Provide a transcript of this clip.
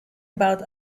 about